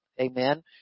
amen